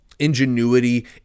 Ingenuity